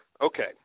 Okay